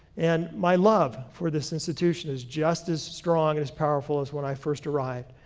and my love for this institution is just as strong and as powerful as when i first arrived.